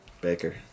Baker